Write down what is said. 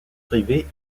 privé